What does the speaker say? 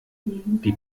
die